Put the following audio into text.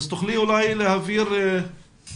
אולי תוכלי להבהיר היכן